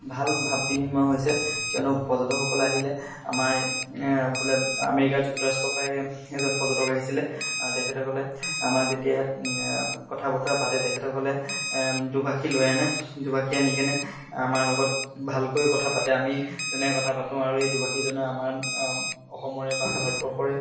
ভাল ভাৱ বিনিময় হৈছে কিয়নো পৰ্যটকসকলে আহিলে আমাৰ বোলে আমেৰিকাৰ যুক্তৰাষ্ট্ৰৰ পৰাই এজন পৰ্যটক আহিছিলে আৰু তেখেতসকলে আমাক যেতিয়া ইয়াত কথা বতৰা পাতে তেখেতসকলে দুভাষী লৈ আনে দুভাষী আনি কেনে আমাৰ লগত ভালকৈ কথা পাতে আমি যেনেকৈ কথা পাতোঁ আৰু সেই দুভাষীজনে আমাৰ অসমৰে বা ভাৰতবৰ্ষৰে